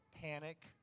panic